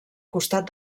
costat